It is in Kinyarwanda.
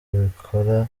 bikora